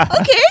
okay